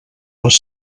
les